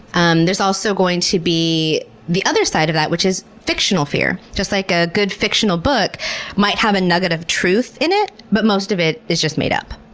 um there's also going to be the other side of that which is fictional fear. just like a good fictional book might have a nugget of truth in it, but most of it is just made up.